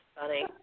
funny